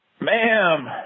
Ma'am